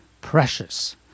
precious